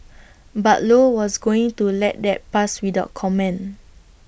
but low was going to let that pass without comment